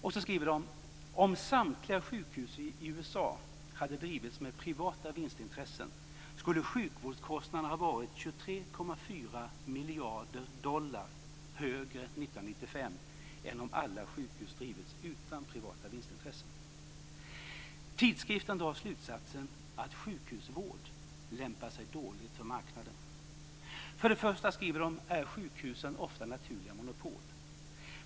Och så skriver de: Om samtliga sjukhus i USA hade drivits med privata vinstintressen skulle sjukvårdskostnaderna ha varit 23,4 miljarder dollar högre 1995 än om alla sjukhus drivits utan privata vinstintressen. I tidskriften drar man slutsatsen att sjukhusvård lämpar sig dåligt för marknaden. För det första, skriver man, är sjukhusen ofta naturliga monopol.